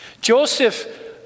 Joseph